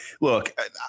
Look